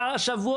הפירוד,